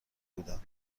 بودند